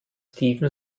steven